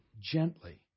Gently